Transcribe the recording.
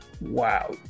wow